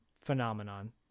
Phenomenon